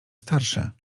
starsze